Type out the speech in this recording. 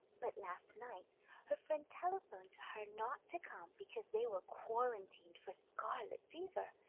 but last night her friend telephoned to her not to come because they were quarantined for scarlet fever.